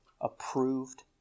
approved